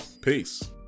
Peace